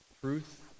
Truth